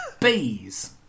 bees